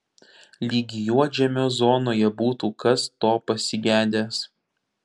lyg juodžemio zonoje būtų kas to pasigedęs